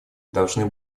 должны